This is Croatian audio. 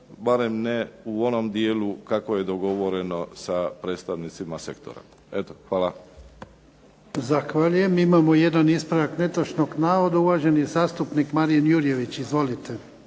barem ne u onom dijelu kako je dogovoreno sa predstavnicima sektora. Eto, hvala.